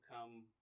come